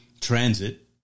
transit